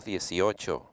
18